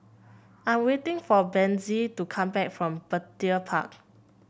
I'm waiting for Bethzy to come back from Petir Park